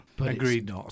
Agreed